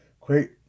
great